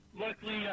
luckily